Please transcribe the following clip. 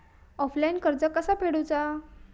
Offline कर्ज कसा फेडूचा?